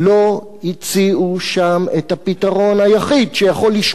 לא הציעו שם את הפתרון היחיד שיכול לשבור